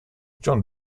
john